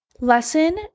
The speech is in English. Lesson